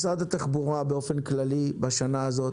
משרד התחבורה באופן כללי בשנה הזאת